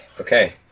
Okay